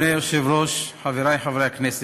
אדוני היושב-ראש, חברי חברי הכנסת,